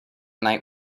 night